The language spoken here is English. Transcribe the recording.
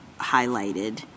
highlighted